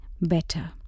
better